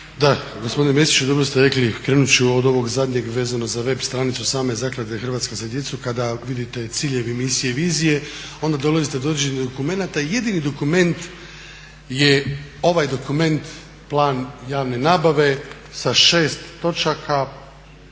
Da, gospodine Mesiću, dobro ste rekli. Krenut ću od ovog zadnjeg vezano za web stranicu same zaklade "Hrvatska za djecu" kada vidite ciljevi misije i vizije. Onda dolazite do određenih dokumenata. Jedini dokument je ovaj dokument plan javne nabave sa 6 točaka.